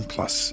Plus